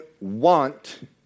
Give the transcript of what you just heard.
want